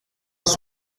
were